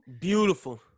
beautiful